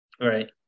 Right